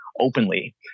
openly